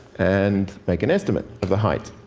and make an estimate of the height.